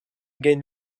gagne